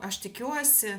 aš tikiuosi